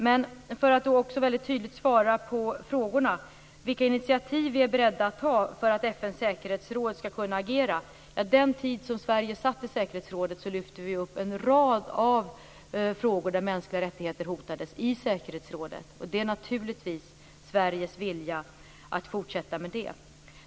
Men låt mig då också väldigt tydligt svara på frågorna. Den första gällde vilka initiativ vi är beredda att ta för att FN:s säkerhetsråd skall kunna agera. Under den tid då Sverige satt i säkerhetsrådet lyfte vi i rådet upp en rad frågor där mänskliga rättigheter hotades. Det är naturligtvis Sveriges vilja att fortsatta med det.